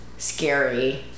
scary